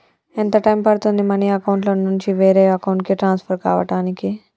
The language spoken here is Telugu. ఎంత టైం పడుతుంది మనీ అకౌంట్ నుంచి వేరే అకౌంట్ కి ట్రాన్స్ఫర్ కావటానికి?